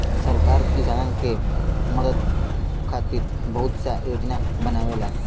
सरकार किसानन के मदद खातिर बहुत सा योजना बनावेला